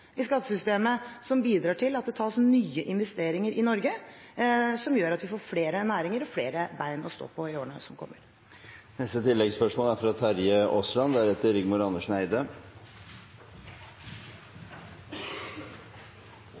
i skattesystemet – som bidrar til at det foretas nye investeringer i Norge, og som gjør at vi får flere næringer og flere bein å stå på i årene som